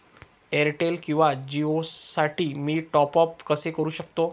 Airtel किंवा जिओसाठी मी टॉप ॲप कसे करु शकतो?